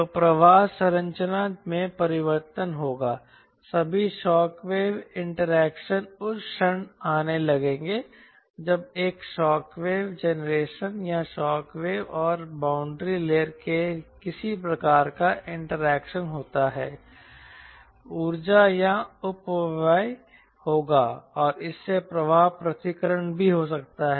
तो प्रवाह संरचना में परिवर्तन होगा सभी शॉक वेव इंटरैक्शन उस क्षण आने लगेंगे जब एक शॉक वेव जनरेशन या शॉक वेव और बाउंडरी लेयर के किसी प्रकार का इंटरैक्शन होता है ऊर्जा का अपव्यय होगा और इससे प्रवाह पृथक्करण भी हो सकता है